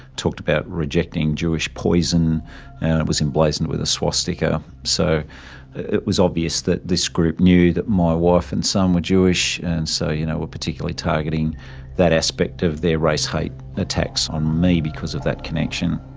talked about rejecting jewish poison and it was emblazoned with a swastika. so it was obvious that this group knew that my wife and son are jewish. and so you know were particularly targeting that aspect of their race hate attacks on me because of that connection.